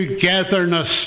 togetherness